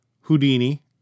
Houdini